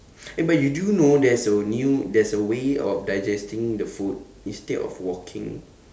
eh but do you know there's a new there's a way of digesting the food instead of walking